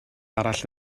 arall